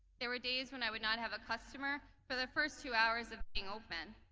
there were days when i would not have a customer for the first two hours of being open.